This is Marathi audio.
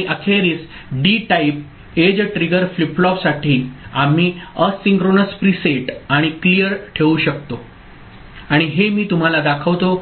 आणि अखेरीस D type edge trigger flip फ्लॉपसाठी आम्ही एसिन्क्रोनस प्रीसेट आणि क्लियर ठेवू शकतो आणि हे मी तुम्हाला दाखवतो